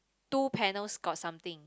two panels got something